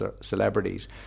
celebrities